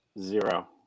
Zero